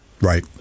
Right